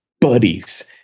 buddies